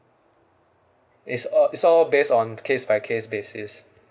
it's uh it's all base on case by case basis